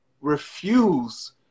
refuse